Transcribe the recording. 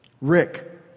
Rick